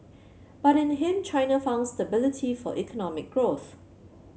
but in him China found stability for economic growth